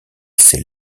ses